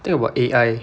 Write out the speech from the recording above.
I think about A_I